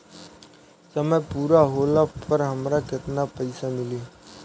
समय पूरा होला पर हमरा केतना पइसा मिली?